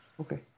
Okay